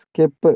skip